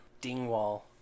Dingwall